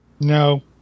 No